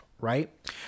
right